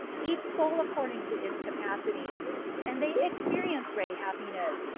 each soul according to its capacity and they experience great happiness,